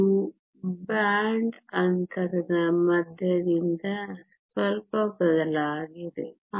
ಇದು ಬ್ಯಾಂಡ್ ಅಂತರದ ಮಧ್ಯದಿಂದ ಸ್ವಲ್ಪ ಬದಲಾಗಿದೆ